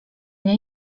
nie